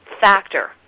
factor